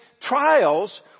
trials